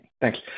Thanks